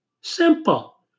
Simple